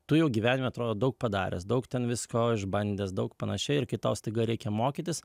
tu jau gyvenime atrodo daug padaręs daug ten visko išbandęs daug panašiai ir kai tau staiga reikia mokytis